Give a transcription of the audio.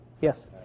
Yes